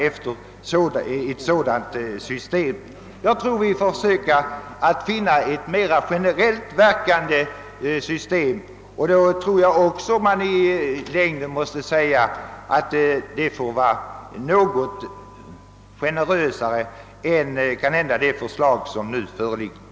Vi måste nog försöka finna ett mera generellt verkande system och måste nog också tänka oss att det framdeles skall vara något generösare än det nuvarande förslaget.